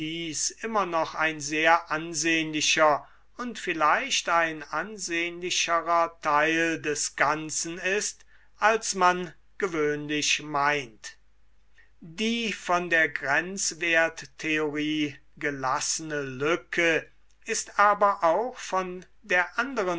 immer noch ein sehr ansehnlicher und vielleicht ein ansehnlicherer teil des ganzen ist als man gewöhnlich meint die von der grenz werttheorie gelassene lücke ist aber auch von der anderen